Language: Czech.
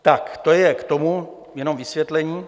Tak to je k tomu jenom vysvětlení.